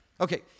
Okay